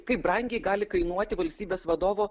kaip brangiai gali kainuoti valstybės vadovo